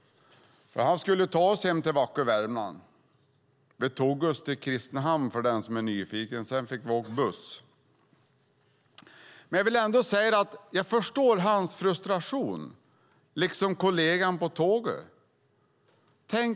Han skulle ta oss hem till vackra Värmland. De tog oss till Kristinehamn, för den som är nyfiken, och sedan fick vi åka buss. Jag förstår den frustration som han och kollegerna på tåget kände.